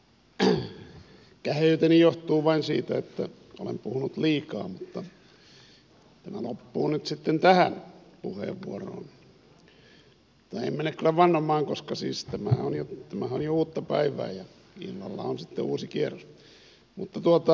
käheyteni johtuu vain siitä että olen puhunut liikaa mutta tämä loppuu nyt sitten tähän puheenvuoroon tai en mene kyllä vannomaan koska siis tämähän on jo uutta päivää ja illalla on sitten uusi kierros